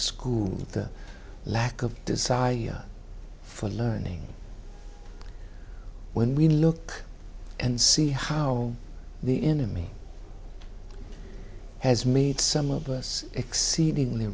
school the lack of desire for learning when we look and see how the enemy has made some of us exceedingly